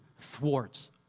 thwarts